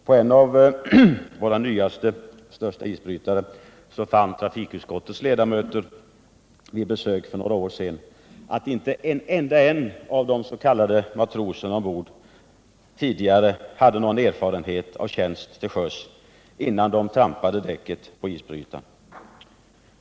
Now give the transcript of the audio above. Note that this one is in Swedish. På en av våra nyaste och största isbrytare fann trafikutskottets ledamöter vid besök för några år sedan att inte en enda av de s.k. matroserna ombord hade haft någon erfarenhet av tjänst till sjöss innan de trampade däcket på isbrytaren.